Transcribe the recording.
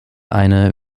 eine